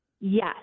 Yes